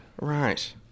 Right